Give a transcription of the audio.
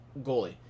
goalie